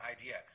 idea